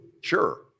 Sure